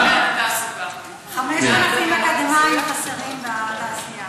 5,000 אקדמאים חסרים בתעשייה.